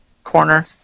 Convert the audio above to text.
corner